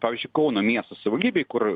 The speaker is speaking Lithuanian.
pavyzdžiui kauno miesto savivaldybėj kur